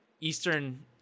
eastern